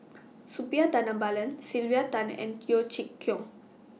Suppiah Dhanabalan Sylvia Tan and Yeo Chee Kiong